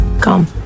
Come